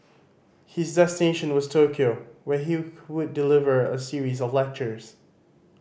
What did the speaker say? his destination was Tokyo where he would deliver a series of lectures